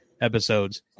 episodes